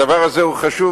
הדבר הזה הוא חשוב,